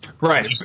Right